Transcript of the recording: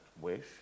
wish